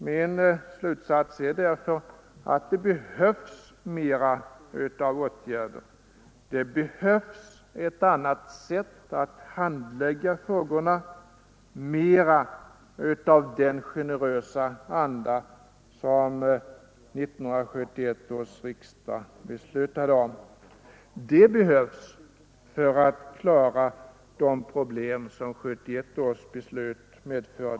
Min slutsats är därför att det behövs fler åtgärder, ett annat sätt att handlägga frågorna och mera av den generösa anda som 1971 års riksdag beslutade om. Det behövs för att klara de problem som 1971 års beslut medförde.